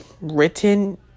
written